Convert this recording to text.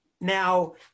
Now